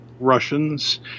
russians